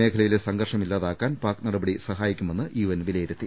മേഖലയിലെ സംഘർഷം ഇല്ലാതെയാക്കാൻ പാക് നടപടി സഹായിക്കുമെന്ന് യുഎൻ വിലയിരുത്തി